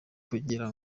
kugira